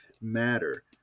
matter